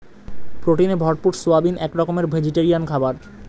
প্রোটিনে ভরপুর সয়াবিন এক রকমের ভেজিটেরিয়ান খাবার